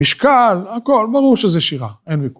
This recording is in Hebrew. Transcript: משקל, הכל, ברור שזה שירה, אין ויכוח.